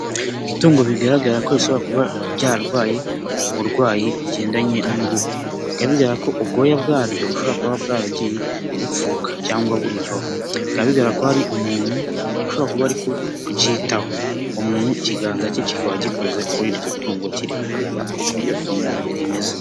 Itungo bigaragara ko rishobora kuba ryararwaye uburwayi bugendanye n'uruhu, bikaba bigaragara ko ubwoya bwaryo bushobora kuba bwaragiye bupfuka cyangwa burivaho, bikaba bigaragara ko hari umuntu ushobora kuba ari kuryitaho, umuntu ikiganza cye kikaba gikoze kuri iryo tungo, kiri kureba uko iryo tungo rimeze.